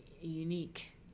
unique